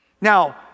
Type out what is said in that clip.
Now